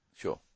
Sure